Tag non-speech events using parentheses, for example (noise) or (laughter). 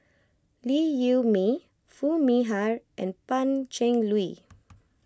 Liew Wee Mee Foo Mee Har and Pan Cheng Lui (noise)